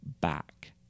back